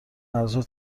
ارزش